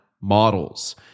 models